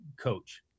coach